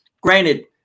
Granted